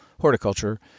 Horticulture